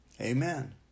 Amen